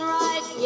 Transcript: right